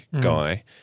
guy